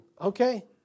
Okay